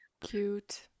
Cute